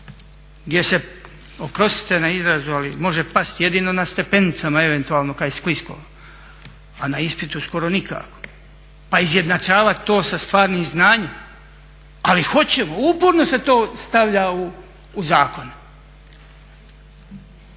gdje se, oprostite na izrazu ali može pasti jedino na stepenicama eventualno kad je sklisko, a na ispitu skoro nikako. Pa izjednačavat to sa stvarnim znanjem, ali hoćemo, uporno se to stavlja u zakone.